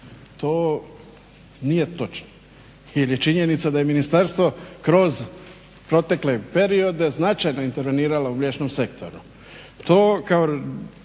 To nije točno, jer je činjenica da je ministarstvo kroz protekle periode značajno interveniralo u mliječnom sektoru.